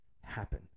happen